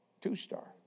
Two-star